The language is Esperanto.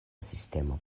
sistemo